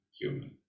human